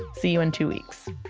see you in two weeks